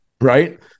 right